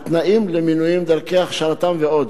את התנאים למינוים, את דרכי הכשרתם ועוד.